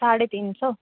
साढ़े तीन सौ